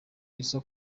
iza